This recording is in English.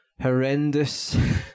horrendous